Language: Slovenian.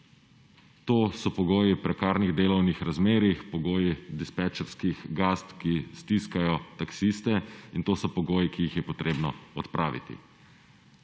To so pogoji prekarnih delovnih razmerij, pogoji dispečerskih gazd, ki stiskajo taksiste in to so pogoji, ki jih je potrebno odpraviti.